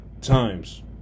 times